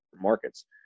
markets